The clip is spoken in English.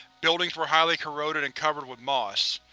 buildings were highly corroded and covered with moss.